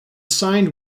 signed